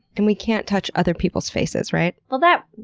and we can't touch other people's faces, right? well that,